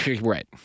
Right